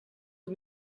que